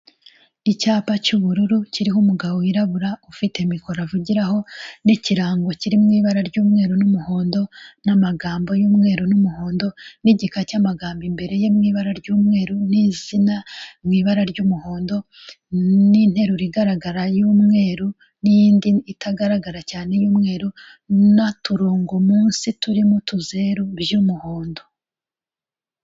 Icyapa cy'ubururu kiriho umugabo wirabura ufite mikoro avugiraho n'ikirango kiri mu ibara ry'umweru n'umuhondo n'amagambo y'umweru n'umuhondo. Igika cy'amagambo imbere ye mu ibara ry'umweru n'izina mu ibara ry'umuhondo. Interuro igaragara y'umweru n'iyindi itagaragara cyane y'umweru n'uturongo munsi turimo utuzeru by'umuhondo.